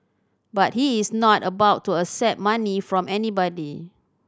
but he is not about to accept money from anybody